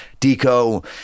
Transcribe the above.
Deco